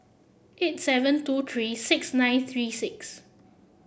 eight seven two three six nine three six